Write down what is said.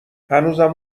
هنوزم